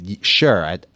Sure